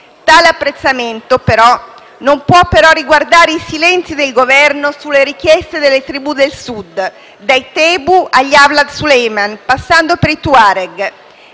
Tale apprezzamento non può però riguardare i silenzi del Governo sulle richieste delle tribù del Sud, dai Tebu agli Awlad Suleiman, passando per i Tuareg.